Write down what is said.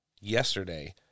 yesterday